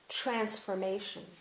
transformation